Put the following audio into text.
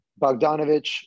Bogdanovich